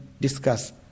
discuss